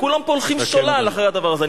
וכולם פה הולכים שולל אחרי הדבר הזה.